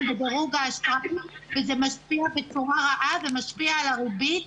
בדירוג האשראי וזה משפיע בצורה רעה על הריבית.